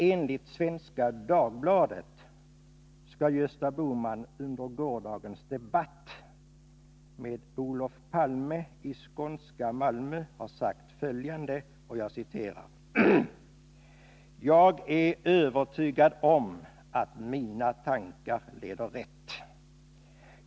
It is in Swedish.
Enligt Svenska Dagbladet skall Gösta Bohman under gårdagens debatt med Olof Palme i skånska Malmö ha sagt följande: ”Jag är övertygad om att mina tankar leder rätt.